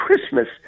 Christmas